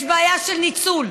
יש בעיה של ניצול,